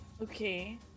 Okay